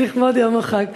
לכבוד יום החג.